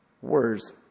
Words